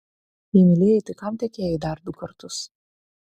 jei mylėjai tai kam tekėjai dar du kartus